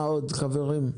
מה עוד, חברים?